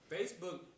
Facebook